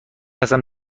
هستم